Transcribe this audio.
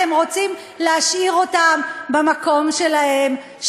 אתם רוצים להשאיר אותם במקום שלהם,